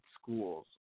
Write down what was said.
schools